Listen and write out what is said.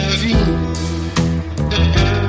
dream